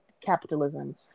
capitalism